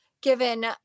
given